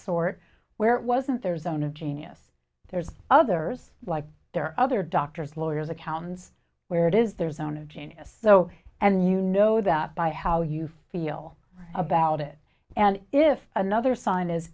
sort where it wasn't their zone of genius there's others like there are other doctors lawyers accountants where it is their zone of genius so and you know that by how you feel about it and if another sign is